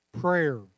prayer